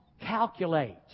calculate